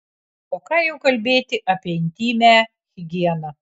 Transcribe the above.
o ką jau kalbėti apie intymią higieną